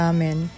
Amen